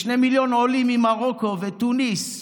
לשני מיליון עולים ממרוקו ותוניסיה